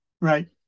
Right